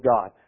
God